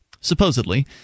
Supposedly